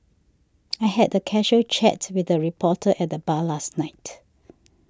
I had a casual chat with a reporter at the bar last night